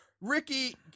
Ricky